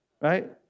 right